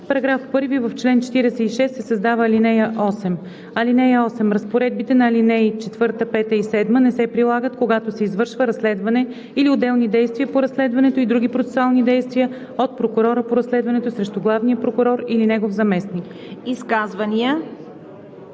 § 1: „§ 1. В чл. 46 се създава ал. 8: „(8) Разпоредбите на ал. 4, 5 и 7 не се прилагат, когато се извършва разследване или отделни действия по разследването и други процесуални действия от прокурора по разследването срещу главния прокурор или негов заместник.“